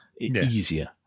easier